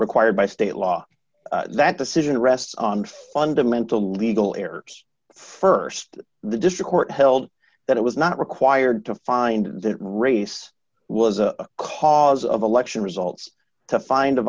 required by state law that decision rests on fundamental legal errors st the district court held that it was not required to find that race was a cause of election results to find a